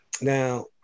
Now